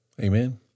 Amen